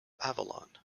avalon